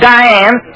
Diane